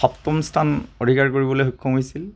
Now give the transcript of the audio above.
সপ্তম স্থান অধিকাৰ কৰিবলৈ সক্ষম হৈছিল